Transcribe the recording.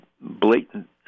blatant